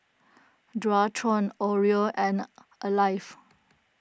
Dualtron Oreo and Alive